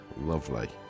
lovely